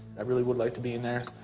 i really would like to be in there,